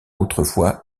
autrefois